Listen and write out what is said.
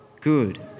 good